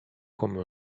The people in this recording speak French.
comme